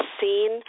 seen